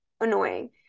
annoying